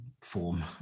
form